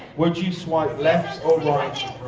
would you swipe left or like